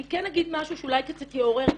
אני כן אגיד משהו שאולי קצת יעורר כאן,